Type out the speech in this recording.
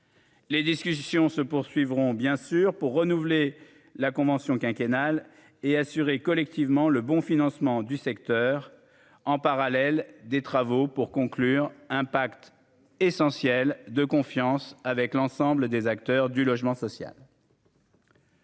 Les discussions se poursuivront, bien sûr, pour renouveler la convention quinquennale et assurer collectivement le bon financement du secteur en parallèle des travaux pour conclure un pacte essentiel de confiance avec l'ensemble des acteurs du logement social.